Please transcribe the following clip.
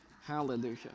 Hallelujah